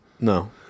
No